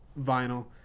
vinyl